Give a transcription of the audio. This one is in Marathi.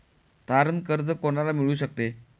तारण कर्ज कोणाला मिळू शकते?